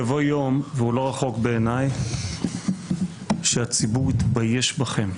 יבוא יום והוא לא רחוק בעיניי שהציבור יתבייש בכם.